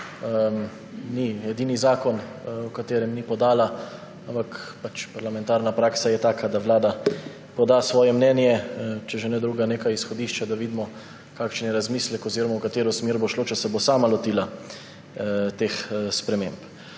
Edini zakon, h kateremu ni podala, parlamentarna praksa je pač taka, da Vlada poda svoje mnenje, če že ne drugega, neka izhodišča, da vidimo, kakšen je razmislek oziroma v katero smer bo šlo, če se bo sama lotila teh sprememb.